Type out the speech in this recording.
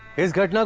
is great,